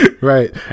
Right